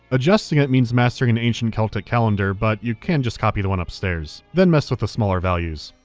adjusting it means mastering an ancient celtic calendar, but you can just copy the one upstairs. then mess with the smaller values.